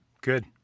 good